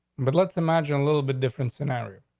but let's imagine a little bit different scenario.